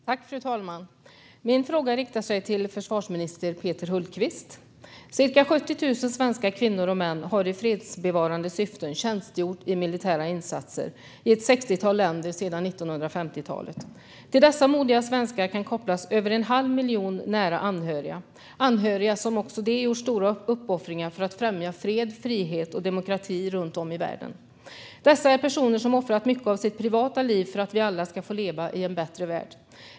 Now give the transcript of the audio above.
Fru talman! Min fråga riktar sig till Försvarsminister Peter Hultqvist. Cirka 70 000 svenska kvinnor och män har i fredsbevarande syften tjänstgjort i militära insatser i ett sextiotal länder sedan 1950-talet. Till dessa modiga svenskar kan kopplas över en halv miljon nära anhöriga. Det är anhöriga som också de gjort stora uppoffringar för att främja fred, frihet och demokrati runt om i världen. Det är personer som offrat mycket av sitt privata liv för att vi alla ska få leva i en bättre värld.